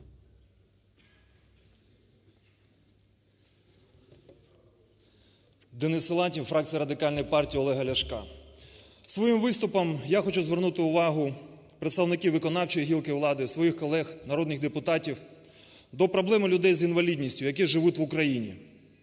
Денис Силантьєв, фракція Радикальна партія Олега Ляшка. Своїм виступом я хочу звернути увагу представників виконавчої гілки влади, своїх колег народних депутатів до проблеми людей з інвалідністю, які живуть в Україні.